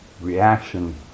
reaction